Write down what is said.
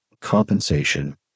compensation